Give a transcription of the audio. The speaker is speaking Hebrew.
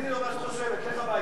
תגידי לו מה את חושבת: לך הביתה.